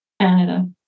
Canada